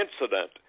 incident